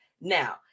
now